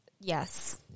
Yes